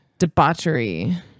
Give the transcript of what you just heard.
Debauchery